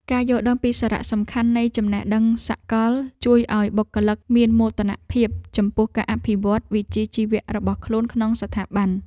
ការយល់ដឹងពីសារៈសំខាន់នៃចំណេះដឹងសកល ជួយឱ្យបុគ្គលិកមានមោទនភាពចំពោះការអភិវឌ្ឍវិជ្ជាជីវៈរបស់ខ្លួនក្នុងស្ថាប័ន។